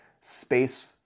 space